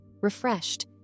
refreshed